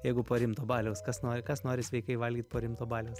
jeigu po rimto baliaus kas nori kas nori sveikai valgyt po rimto baliaus